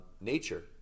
Nature